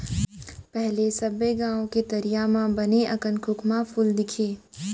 पहिली सबे गॉंव के तरिया म बने अकन खोखमा फूल दिखय